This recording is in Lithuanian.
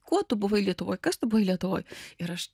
kuo tu buvai lietuvoj kas tu buvai lietuvoj ir aš